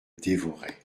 dévorait